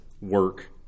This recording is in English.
work